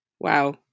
Wow